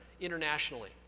internationally